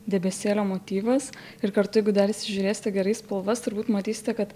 debesėlio motyvas ir kartu jeigu dar įžiūrėsite gerai į spalvas turbūt matytsite kad